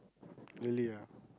really ah